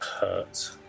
hurt